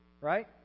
right